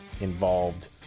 involved